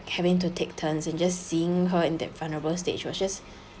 having to take turns and just seeing her in that vulnerable stage was just